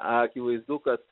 akivaizdu kad